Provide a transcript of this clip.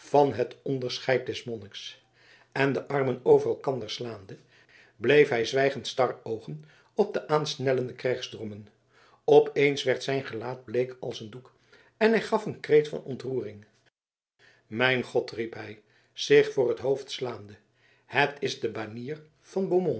van het onbescheid des monniks en de armen over elkander slaande bleef hij zwijgend staroogen op de aansnellende krijgsdrommen opeens werd zijn gelaat bleek als een doek en hij gaf een kreet van ontroering mijn god riep hij zich voor t hoofd slaande het is de banier van